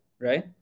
right